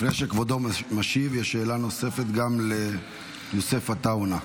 לפני שכבודו משיב, יש שאלה נוספת, ליוסף עטאונה.